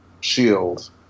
shield